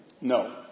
No